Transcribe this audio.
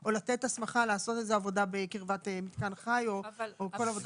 או לתת הסמכה לעשות איזושהי עבודה בקרבת מתקן חי או כל עבודת חשמל.